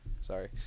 Sorry